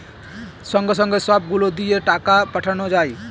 সঙ্গে সঙ্গে সব গুলো দিয়ে টাকা পাঠানো যায়